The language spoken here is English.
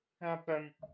happen